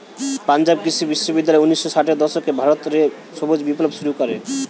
পাঞ্জাব কৃষি বিশ্ববিদ্যালয় উনিশ শ ষাটের দশকে ভারত রে সবুজ বিপ্লব শুরু করে